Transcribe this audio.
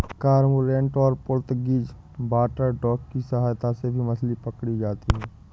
cormorant और Portuguese water dog की सहायता से भी मछली पकड़ी जाती है